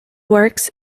works